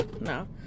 No